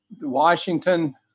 Washington